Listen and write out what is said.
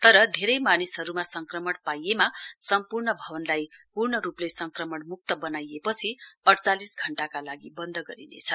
तर धेरै मानिसहरूमा संक्रमण पाइएमा सम्पूर्ण भवनलाई पूर्ण रूपले संक्रमणम्क्त बनाएपछि अइचालिस घण्टाका लागि बन्द गरिनेछ